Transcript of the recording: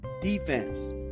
defense